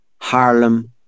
Harlem